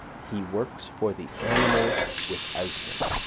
he works for the animal without him.